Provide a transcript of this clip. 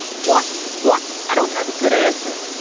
what? what? i don't have a good answer.